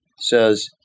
says